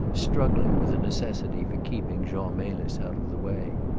struggling with the necessity for keeping jean melis out of the way.